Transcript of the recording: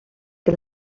que